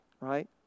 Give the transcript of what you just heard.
right